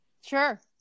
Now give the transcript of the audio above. sure